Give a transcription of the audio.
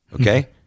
okay